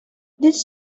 this